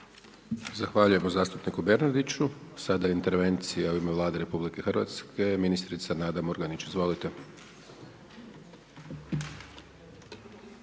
Zahvaljujemo zastupniku Bernardiću. Sada intervencija u ime Vlade RH, ministrica Nada Murganić, izvolite.